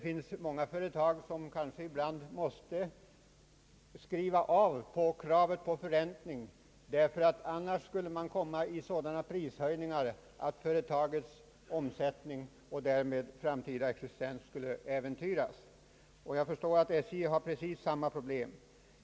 Många företag tvingas som bekant ibland att slå av på förräntningskravet — annars skulle sådana prishöjningar bli nödvändiga att företagets omsättning och därmed dess framtida existens äventyrades, Jag förstår att SJ har precis samma problem.